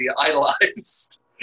idolized